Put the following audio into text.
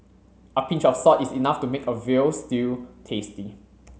a pinch of salt is enough to make a veal stew tasty